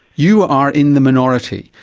you are in the minority.